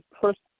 first